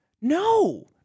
no